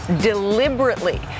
deliberately